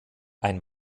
ein